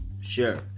Sure